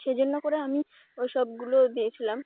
সেই জন্য করে আমি ওই সবগুলো দিয়েছিলাম